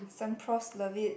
some Profs love it